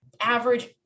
average